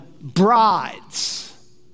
brides